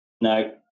no